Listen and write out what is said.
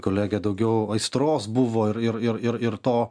kolegė daugiau aistros buvo ir ir ir ir to